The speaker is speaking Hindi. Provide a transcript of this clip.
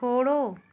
छोड़ो